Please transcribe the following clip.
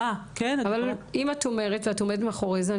אבל אם את אומרת ואת עומדת מאחורי זה,